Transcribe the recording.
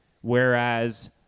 whereas